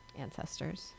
ancestors